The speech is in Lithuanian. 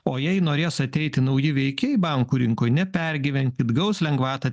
o jei norės ateiti nauji veikėjai bankų rinkoj nepergyvenkit gaus lengvatą